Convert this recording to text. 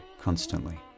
constantly